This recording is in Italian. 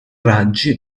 raggi